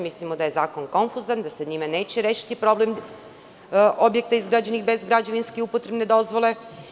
Mislimo da je zakon konfuzan i da se njime neće rešiti problem objekata izgrađenih bez građevinske upotrebne dozvole.